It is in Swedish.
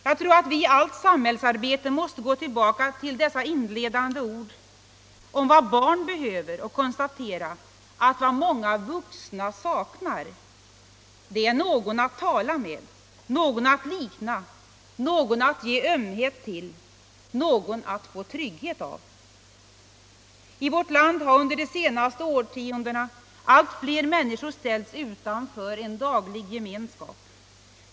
Jag tror att vi i allt samhällsarbete måste gå tillbaka till dessa inledande ord om vad barn behöver och konstatera att vad många vuxna saknar är någon att tala med, någon att likna, någon att ge ömhet till, någon att få trygghet av. I vårt land har under de senaste årtiondena allt fler människor ställts utanför en daglig gemenskap.